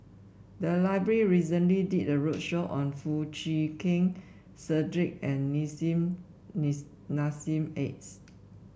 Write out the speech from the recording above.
the library recently did a roadshow on Foo Chee Keng Cedric and Nissim Nis Nassim Adis